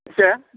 बेसे